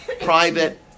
Private